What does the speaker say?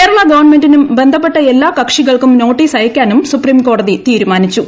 കേരള ഗവൺമെന്റിനും ബന്ധപ്പെട്ട എല്ലാ കക്ഷികൾക്കും നോട്ടീസ് അയയ്ക്കാനും സുപ്രീംകോടതി തീരുമാനിച്ചു